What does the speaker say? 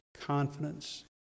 confidence